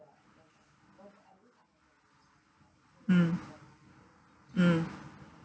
mm mm